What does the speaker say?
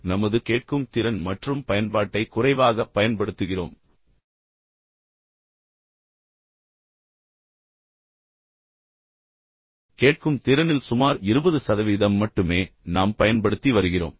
E E நமது கேட்கும் திறன் மற்றும் நாம் நமது பயன்பாட்டை குறைவாக பயன்படுத்துகிறோம் கேட்கும் திறன் அதில் சுமார் 20 சதவீதம் மட்டுமே நாம் பயன்படுத்தி வருகிறோம்